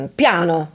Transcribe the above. piano